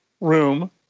room